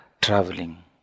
traveling